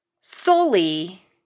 solely